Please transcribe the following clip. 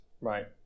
right